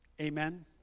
Amen